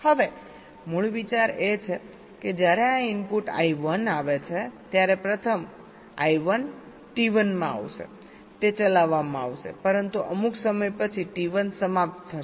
હવે મૂળ વિચાર એ છે કે જ્યારે આ ઇનપુટ I1 આવે છે ત્યારે પ્રથમ I1 T1 માં આવશે તે ચલાવવામાં આવશે પરંતુ અમુક સમય પછી T1 સમાપ્ત થશે